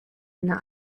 einer